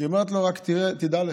היא אומרת לו: רק תדע לך,